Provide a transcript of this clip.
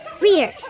Reader